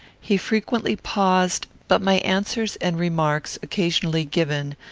he frequently paused but my answers and remarks, occasionally given,